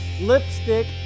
Lipstick